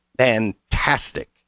Fantastic